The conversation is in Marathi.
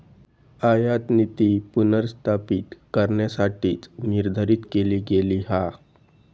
आयातनीती पुनर्स्थापित करण्यासाठीच निर्धारित केली गेली हा